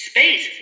Space